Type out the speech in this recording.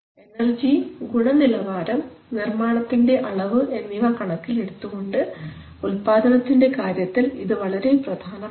energy ഗുണനിലവാരം നിർമ്മാണത്തിൻറെ അളവ് എന്നിവ കണക്കിലെടുത്തുകൊണ്ട് ഉല്പാദനത്തിൻറെ കാര്യത്തിൽ ഇത് വളരെ പ്രധാനമാണ്